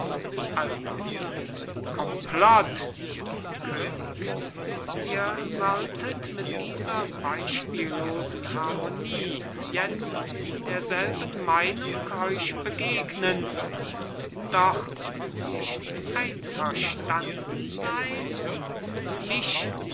alba komplott könig ihr solltet mit dieser beispiellosen harmonie jetzt in derselben meinung euch begegnen und doch nicht einverstanden sein mich